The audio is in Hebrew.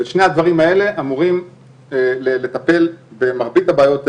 שני הדברים האלה אמורים לטפל במרבית הבעיות המדוברות.